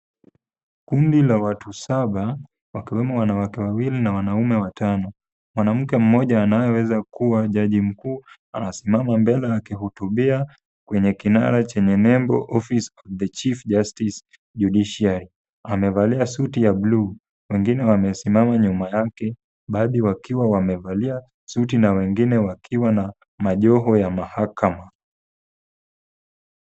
Kundi la watu saba wakiwemo wanawake wawili na wanaume watano. Mwanamke mmoja anayeweza kuwa jaji mkuu, anasimama mbele akihutubia kwenye kinara chenye nembo office of the chief justice judiciary . Amevalia suti ya bulu wengine wamesimama nyuma yake baadhi wakiwa wamevalia suti na wengine wakiwa na majoho ya mahakama.